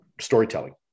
storytelling